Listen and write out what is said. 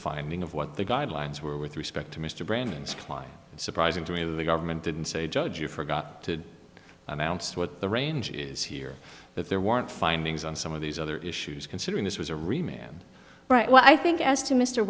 finding of what the guidelines were with respect to mr brandon's kline surprising to me the government didn't say judge you forgot to announce what the range is here but there weren't findings on some of these other issues considering this was a remake right well i think as to mr